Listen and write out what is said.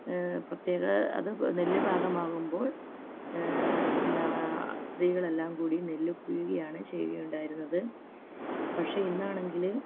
പ്രത്യേക അത് നെല്ല് പാകമാകുമ്പോൾ സ്ത്രീകളെല്ലാം കൂടി നെല്ല് പിഴുകിയാണ് ചെയ്തുകൊണ്ടിരുന്നത് പക്ഷേ ഇന്നാണെങ്കിൽ